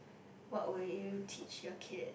what will you teach your kid